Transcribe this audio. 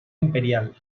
imperial